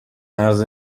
مرز